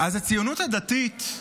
הציונות הדתית,